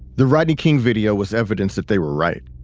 the rodney king video was evidence that they were right.